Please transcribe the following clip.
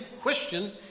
question